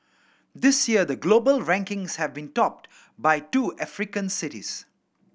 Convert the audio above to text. this year the global rankings have been topped by two African cities